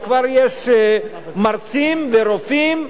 וכבר יש מרצים ורופאים,